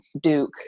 Duke